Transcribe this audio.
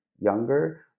younger